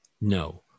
no